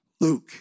Luke